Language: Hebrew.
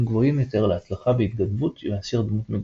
גבוהים יותר להצלחה בהתגנבות מאשר דמות מגושמת.